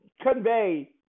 convey